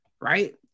right